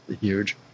huge